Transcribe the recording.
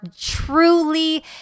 truly